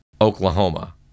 Oklahoma